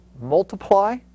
multiply